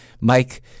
Mike